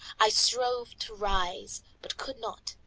i strove to rise, but could not,